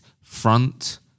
front